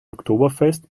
oktoberfest